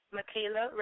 Michaela